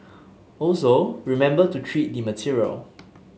also remember to treat the material